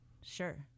Sure